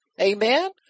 amen